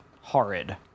horrid